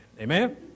Amen